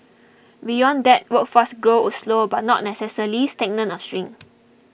beyond that workforce growth would slow but not necessarily stagnate or shrink